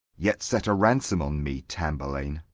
yet set a ransom on me, tamburlaine.